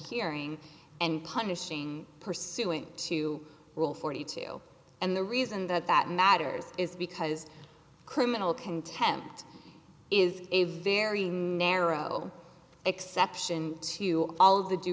hearing and punishing pursuant to rule forty two and the reason that that matters is because criminal contempt is a very narrow exception to all of the due